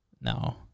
No